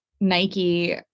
Nike